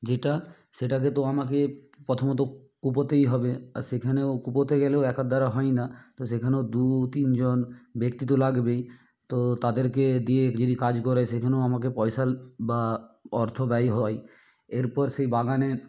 যেটা সেটাকে তো আমাকে প্রথমত কুপোতেই হবে আর সেখানেও কুপোতে গেলেও একার দ্বারা হয় না তো সেখানেও দু তিনজন ব্যক্তি তো লাগবেই তো তাদেরকে দিয়ে যিনি কাজ করায় সেখানেও আমাকে পয়সা বা অর্থ ব্যয় হয় এরপর সেই বাগানে